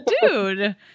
Dude